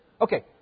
Okay